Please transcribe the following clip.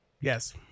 Yes